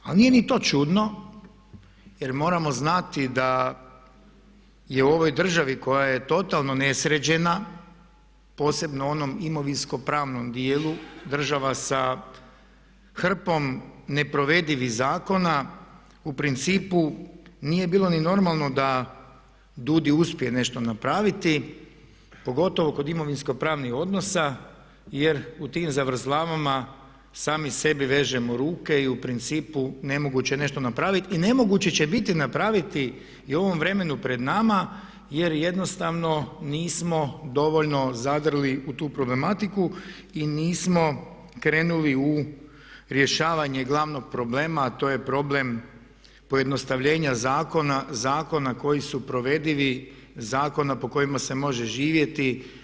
Ali nije ni to čudno jer moramo znati da je u ovoj državi koja je totalno nesređena, posebno u onom imovinsko-pravnom dijelu država sa hrpom neprovedivih zakona u principu nije bilo ni normalno da DUUDI uspije nešto napraviti pogotovo kod imovinsko-pravnih odnosa jer u tim zavrzlamama sami sebi vežemo ruke i u principu nemoguće je nešto napraviti i nemoguće će biti napraviti i u ovom vremenu pred nama jer jednostavno nismo dovoljno zadrli u tu problematiku i nismo krenuli u rješavanje glavnog problema, a to je problem pojednostavljenja zakona koji su provedivi, zakona po kojima se može živjeti.